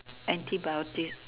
antibiotics